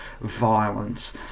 violence